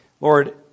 Lord